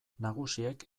nagusiek